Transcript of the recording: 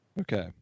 Okay